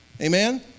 Amen